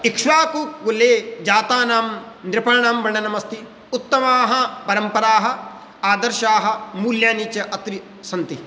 इक्क्षाकुकुले जातानां नृपाणां वर्णनम् अस्ति उत्तमाः परम्पराः आदर्शाः मूल्यानि च अत्र सन्ति